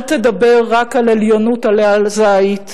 אל תדבר רק על עליונות עלה הזית,